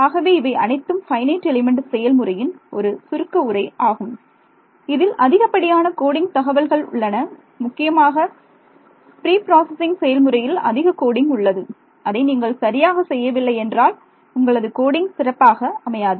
ஆகவே இவை அனைத்தும் ஃபைனைட் எலிமெண்ட் செயல்முறையின் ஒரு சுருக்க உரை ஆகும் இதில் அதிகப்படியான கோடிங் தகவல்கள் உள்ளன முக்கியமாக ஃப்ரீ ப்ராசசிங் செயல்முறையில் அதிக கோடிங் உள்ளது அதை நீங்கள் சரியாக செய்யவில்லை என்றால் உங்களது கோடிங் சிறப்பாக அமையாது